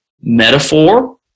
metaphor